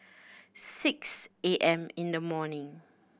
six A M in the morning